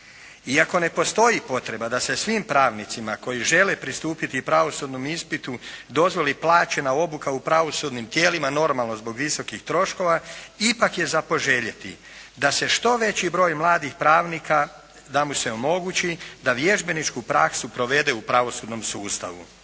Iako ne postoji potreba da se svim pravnicima koji žele pristupiti pravosudnom ispitu dozvoli plaćena obuka u pravosudnim tijelima, normalno zbog visokih troškova, ipak je za poželjeti da se što veći broj mladih pravnika, da mu se omogući da vježbeničku praksu provede u pravosudnom sustavu.